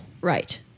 Right